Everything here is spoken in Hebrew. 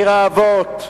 עיר האבות,